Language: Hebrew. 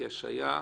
כי השעיה,